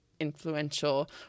influential